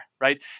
right